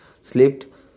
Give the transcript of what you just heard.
slipped